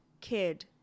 kid